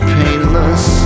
painless